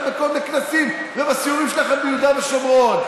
בכל מיני כנסים ובסיורים שלכם ביהודה ושומרון.